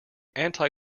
anti